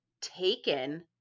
taken